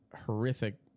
horrific